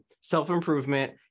self-improvement